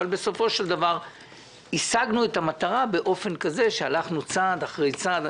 בסופו של דבר השגנו את המטרה באופן כזה שהלכנו צעד אחרי צעד.